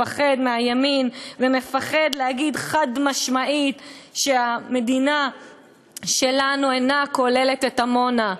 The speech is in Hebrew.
מפחד מהימין ומפחד להגיד חד-משמעית שהמדינה שלנו אינה כוללת את עמונה.